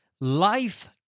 life